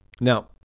Now